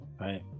Right